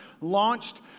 launched